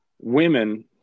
women